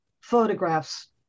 photographs